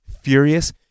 furious